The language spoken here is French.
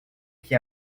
qui